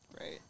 Right